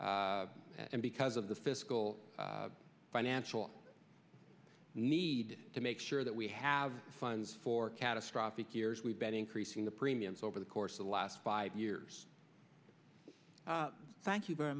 and because of the fiscal financial need to make sure that we have funds for catastrophic years we've been increasing the premiums over the course of the last five years thank you very